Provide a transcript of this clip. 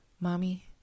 mommy